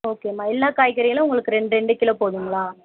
ஓகேம்மா எல்லா காய்கறியிலும் உங்களுக்கு ரெண்டு ரெண்டு கிலோ போதுங்களா